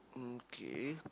mm okay